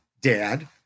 Dad